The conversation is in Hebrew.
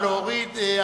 תודה.